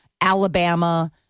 Alabama